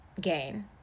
gain